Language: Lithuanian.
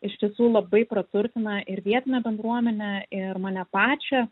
iš tiesų labai praturtina ir vietinę bendruomenę ir mane pačią